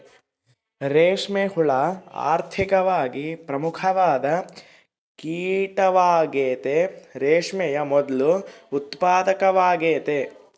ರೇಷ್ಮೆ ಹುಳ ಆರ್ಥಿಕವಾಗಿ ಪ್ರಮುಖವಾದ ಕೀಟವಾಗೆತೆ, ರೇಷ್ಮೆಯ ಮೊದ್ಲು ಉತ್ಪಾದಕವಾಗೆತೆ